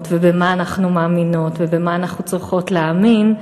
ובמה אנחנו מאמינות ובמה אנחנו צריכות להאמין,